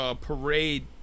parade